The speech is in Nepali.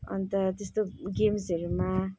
अन्त त्यस्तो गेम्सहरूमा